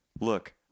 look